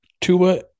Tua